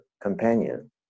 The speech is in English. companion